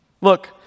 Look